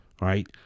Right